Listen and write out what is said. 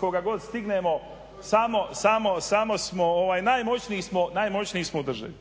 koga god stignemo samo smo, najmoćniji smo u državi.